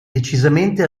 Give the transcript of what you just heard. decisamente